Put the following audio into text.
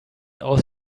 aus